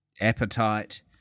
appetite